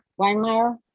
Weinmeier